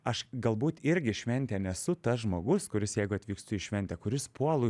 aš galbūt irgi šventėj nesu tas žmogus kuris jeigu atvykstu į šventę kuris puolu